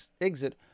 exit